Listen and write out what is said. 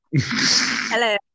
Hello